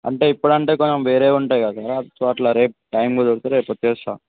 అంటే ఇప్పుడు అంటే కొంచం వేరేవి ఉంటాయి కదా సొ అట్లా రేపు టైమ్ కుదిరిరితే రేపు వచ్చేస్తా